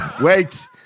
Wait